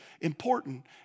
important